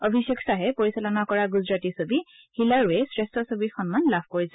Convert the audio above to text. অভিষেক শ্বাহে পৰিচালনা কৰা গুজৰাটী ছবি হিলাৰোৱে শ্ৰেষ্ঠ ছবিৰ সন্মান লাভ কৰিছে